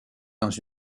dans